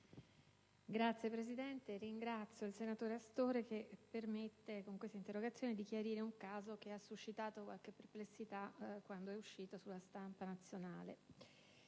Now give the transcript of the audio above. Signora Presidente, ringrazio il senatore Astore che permette, con questa interrogazione, di chiarire un caso che ha suscitato qualche perplessità quando è uscito sulla stampa nazionale.